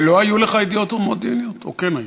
ולא היו לך ידיעות מודיעיניות או כן היו?